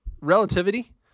relativity